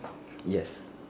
yes